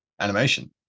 animation